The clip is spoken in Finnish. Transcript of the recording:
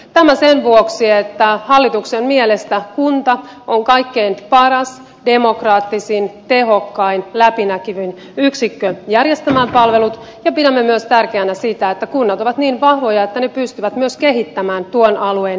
tämä sen vuoksi että hallituksen mielestä kunta on kaikkein paras demokraattisin tehokkain läpinäkyvin yksikkö järjestämään palvelut ja pidämme myös tärkeänä sitä että kunnat ovat niin vahvoja että ne pystyvät myös kehittämään tuon alueen elinkeinoja